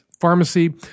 Pharmacy